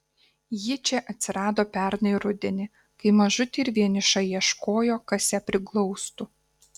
ji čia atsirado pernai rudenį kai mažutė ir vieniša ieškojo kas ją priglaustų